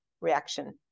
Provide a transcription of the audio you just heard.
reaction